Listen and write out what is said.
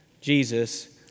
Jesus